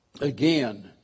Again